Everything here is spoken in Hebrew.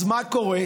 אז מה קורה?